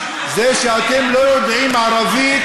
אני מצטער על משהו, שאתם לא יודעים ערבית,